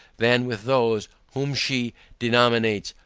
than with those, whom she denominates,